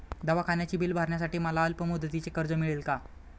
दवाखान्याचे बिल भरण्यासाठी मला अल्पमुदतीचे कर्ज मिळेल का?